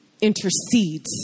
intercedes